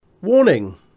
Warning